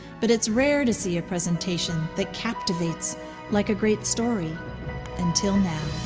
but it's rare to see a presentation that captivates like a great story until now.